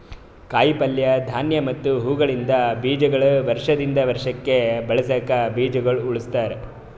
ಕಾಯಿ ಪಲ್ಯ, ಧಾನ್ಯ ಮತ್ತ ಹೂವುಗೊಳಿಂದ್ ಬೀಜಗೊಳಿಗ್ ವರ್ಷ ದಿಂದ್ ವರ್ಷಕ್ ಬಳಸುಕ್ ಬೀಜಗೊಳ್ ಉಳುಸ್ತಾರ್